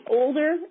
older